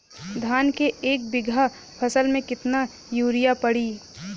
धान के एक बिघा फसल मे कितना यूरिया पड़ी?